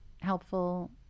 helpful